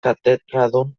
katedradun